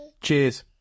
Cheers